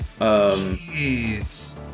jeez